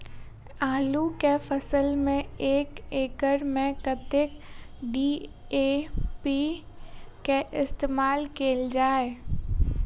आलु केँ फसल मे एक एकड़ मे कतेक डी.ए.पी केँ इस्तेमाल कैल जाए?